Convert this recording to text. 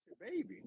baby